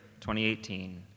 2018